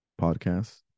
Podcast